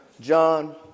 John